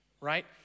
right